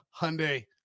Hyundai